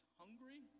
hungry